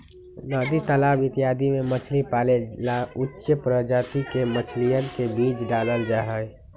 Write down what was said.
नदी तालाब इत्यादि में मछली पाले ला उच्च प्रजाति के मछलियन के बीज डाल्ल जाहई